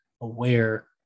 aware